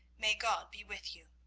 may god be with you.